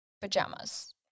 pajamas